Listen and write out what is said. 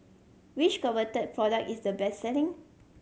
which Convatec product is the best selling